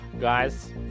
guys